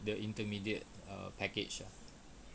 the intermediate err package